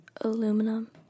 aluminum